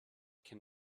can